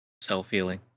self-healing